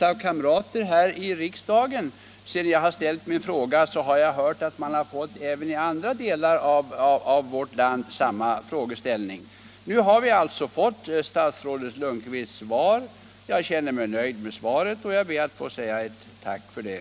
Av kamrater här i riksdagen har jag, sedan jag ställt min fråga, hört att man även i andra delar av vårt land har samma problem. Nu har vi alltså fått statsrådet Lundkvists svar. Jag känner mig nöjd med svaret och ber att få säga tack för det.